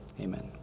Amen